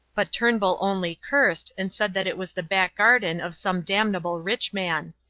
but turnbull only cursed and said that it was the back garden of some damnable rich man.